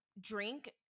drink